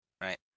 Right